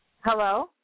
Hello